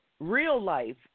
real-life